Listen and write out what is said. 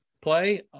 play